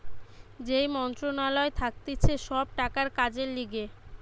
যেই মন্ত্রণালয় থাকতিছে সব টাকার কাজের লিগে